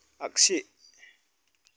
आग्सि